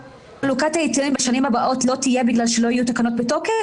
חלוקת ההיתרים בשנים הבאות לא תהיה בגלל שלא תהיינה תקנות בתוקף?